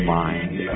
mind